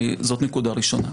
זאת נקודה ראשונה.